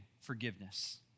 forgiveness